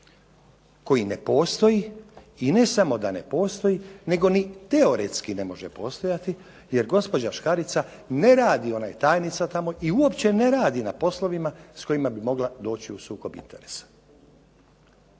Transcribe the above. koji ne postoji i ne samo da ne postoji, nego ni teoretski ne može postojati jer gospođa Škarica ne radi, ona je tajnica tamo i uopće ne radi na poslovima s kojima bi mogla doći u sukob interesa,